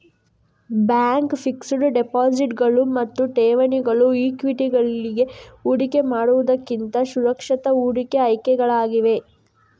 bank fixed ಡೆಪಾಸಿಟುಗಳು ಮತ್ತು ಠೇವಣಿಗಳು ಈಕ್ವಿಟಿಗಳಲ್ಲಿ ಹೂಡಿಕೆ ಮಾಡುವುದಕ್ಕಿಂತ ಸುರಕ್ಷಿತ ಹೂಡಿಕೆ ಆಯ್ಕೆಗಳಾಗಿವೆ